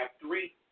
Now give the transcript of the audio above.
three